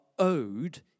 Owed